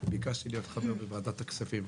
ביקשתי להיות חבר בוועדת הכספים.